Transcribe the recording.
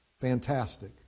Fantastic